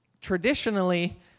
traditionally